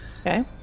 okay